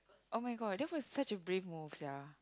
oh-my-god that was such a brave move sia